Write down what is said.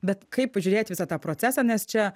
bet kaip pažiūrėt visą tą procesą nes čia